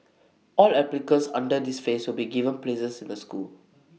all applicants under this phase will be given places in the school